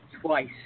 twice